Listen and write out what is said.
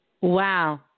Wow